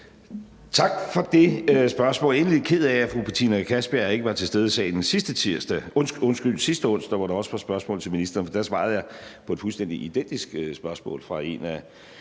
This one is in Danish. af, at fru Betina Kastbjerg ikke var til stede i salen sidste onsdag, hvor der også var spørgsmål til ministeren, for der svarede jeg på et fuldstændig identisk spørgsmål fra en af